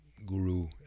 guru